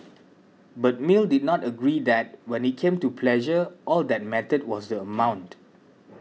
but Mill did not agree that when it came to pleasure all that mattered was the amount